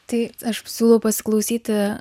tai aš siūlau pasiklausyti